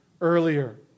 earlier